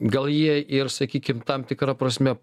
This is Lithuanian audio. gal jie ir sakykim tam tikra prasme